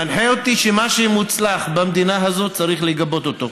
מנחה אותי שמה שמוצלח במדינה הזאת צריך לגבות אותו,